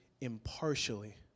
impartially